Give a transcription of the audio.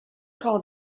call